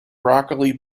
broccoli